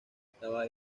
estaba